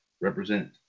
represent